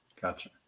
Gotcha